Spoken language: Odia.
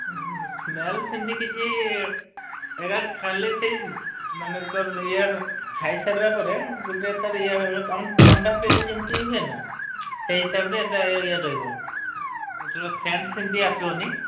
ହୁଁ ସ୍ମେଲ୍ ସେମିତି କିଛି ଏଗା ଖାଲି ସେଇମାନେ ତ ୟାର ଖାଇ ସାରିବା ପରେ ଗୋଟିଏ ତା'ର ଇଏ ହୁଏ ଆମର ଥଣ୍ଡା ପିଇଲେ ଯେମିତି ହୁଏ ନାଁ ସେଇ ହିସାବରେ ଏଟା ଇଏ ରହିବ ଏଥିର ସେଣ୍ଟ୍ ସେମିତି ଆସିବନି